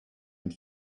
and